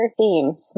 themes